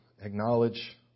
acknowledge